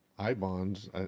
I-bonds